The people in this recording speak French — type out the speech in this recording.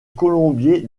colombier